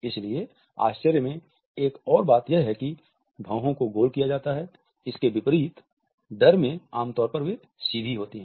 इसलिए आश्चर्य में एक और बात यह है कि भौंहों को गोल किया जाता है इसके विपरीत डर में आमतौर पर वे सीधे होते हैं